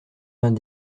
vingt